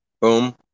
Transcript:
boom